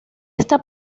esta